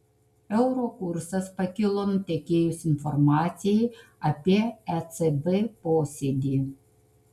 euro kursas pakilo nutekėjus informacijai apie ecb posėdį